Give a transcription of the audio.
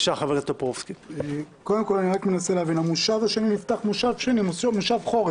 אני מנסה להבין, המושב השני הוא מושב חורף?